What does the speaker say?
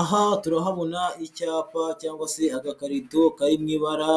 Aha turahabona icyapa cyangwa se agakarito kari mu ibara